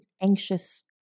anxious